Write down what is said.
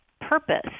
purpose